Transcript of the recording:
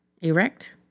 Erect